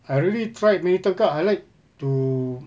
I already tried many times cause I like to